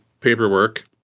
paperwork